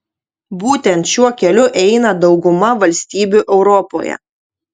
būtent šiuo keliu eina dauguma valstybių europoje